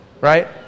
right